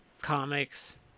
comics